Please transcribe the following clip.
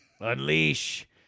unleash